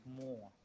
more